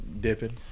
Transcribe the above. dipping